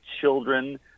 children